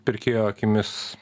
pirkėjo akimis